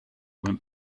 went